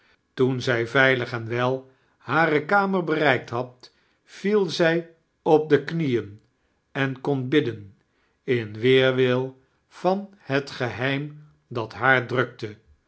toen zij veilig en wel hare kamer bereikt had viel zij op de bnieen en kon bidden in weerwil van het geheim dat hiaar drukte